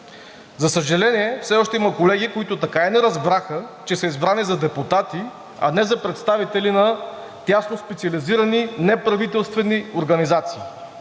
За съжаление, все още има колеги, които така и не разбраха, че са избрани за депутати, а не за представители на тясно специализирани неправителствени организации.